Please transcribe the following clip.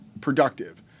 productive